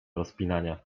rozpinania